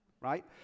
right